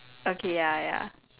okay ya ya